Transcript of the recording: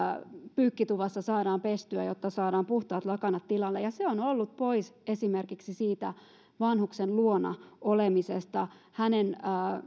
pyykkituvassa saadaan pestyä jotta saadaan puhtaat lakanat tilalle ja se on ollut pois esimerkiksi vanhuksen luona olemisesta hänen